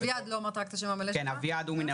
אין נתונים